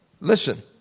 Listen